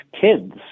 kids